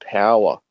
power